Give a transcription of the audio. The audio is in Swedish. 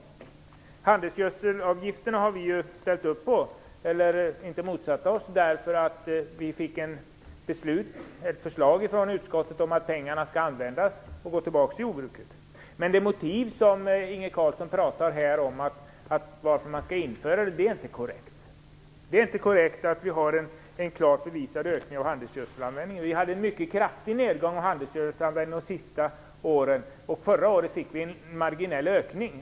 Handelsgödselavgifterna har vi inte motsatt oss, därför att vi fick ett förslag från utskottet om att pengarna skall gå tillbaka och användas inom jordbruket. Men det motiv som Inge Carlsson anger för att man skall införa dem är inte korrekt. Det är inte korrekt att vi har en klart bevisad ökning av handelsgödselanvändning. Vi har haft en mycket kraftig nedgång av handelsgödselanvändningen de senaste åren. Förra året fick vi en marginell ökning.